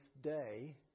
day